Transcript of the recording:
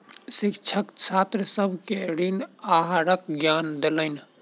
शिक्षक छात्र सभ के ऋण आहारक ज्ञान देलैन